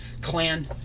clan